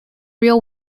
rear